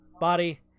body